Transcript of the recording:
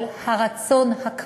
אבל הרצון, הכמיהה,